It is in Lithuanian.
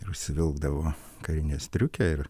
ir užsivilkdavo karinę striukę ir